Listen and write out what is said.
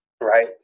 right